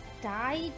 died